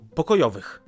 pokojowych